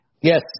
Yes